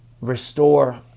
restore